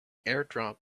airdrop